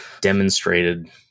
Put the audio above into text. demonstrated